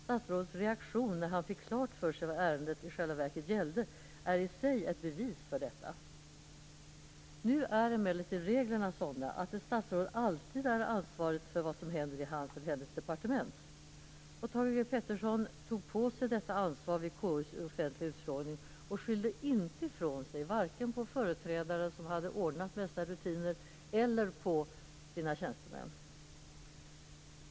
Statsrådets reaktion när han fick klart för sig vad ärendet i själva verket gällde är i sig ett bevis för detta. Nu är emellertid reglerna sådana att ett statsråd alltid är ansvarigt för vad som händer i hans eller hennes departement. Thage G Peterson tog på sig detta ansvar vid KU:s offentliga utfrågning och skyllde inte ifrån sig, varken på företrädaren som hade ordnat dessa rutiner eller på sina tjänstemän.